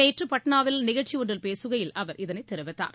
நேற்று பாட்னாவில் நிகழ்ச்சி ஒன்றில் பேசுகையில அவர் இதனைத் தெரிவித்தார்